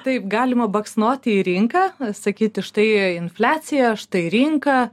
taip galima baksnoti į rinką sakyti štai infliacija štai rinka